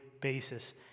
basis